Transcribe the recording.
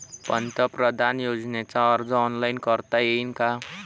पंतप्रधान योजनेचा अर्ज ऑनलाईन करता येईन का?